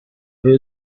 آیا